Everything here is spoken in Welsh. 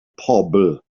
pobl